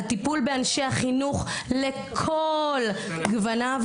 על טיפול באנשי החינוך על כל גווניו,